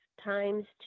times